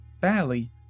Barely